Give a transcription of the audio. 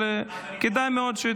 אני קראתי את התגובה.